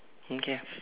okay